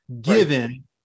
given